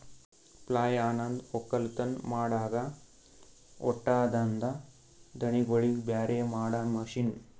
ಪ್ಲಾಯ್ಲ್ ಅನಂದ್ ಒಕ್ಕಲತನ್ ಮಾಡಾಗ ಹೊಟ್ಟದಾಂದ ದಾಣಿಗೋಳಿಗ್ ಬ್ಯಾರೆ ಮಾಡಾ ಮಷೀನ್